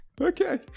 Okay